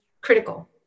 critical